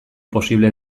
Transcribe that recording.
posible